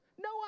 no